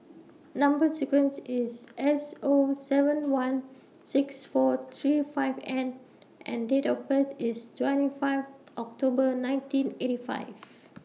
Number sequence IS S O seven one six four three five N and Date of birth IS twenty five October nineteen eighty five